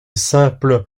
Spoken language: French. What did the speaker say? simple